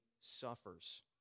suffers